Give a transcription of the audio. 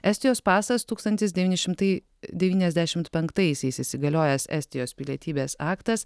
estijos pasas tūkstantis devyni šimtai devyniasdešimt penktaisiais įsigaliojęs estijos pilietybės aktas